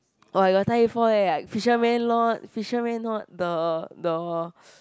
oh I got tell you before eh like fisherman not fisherman not the the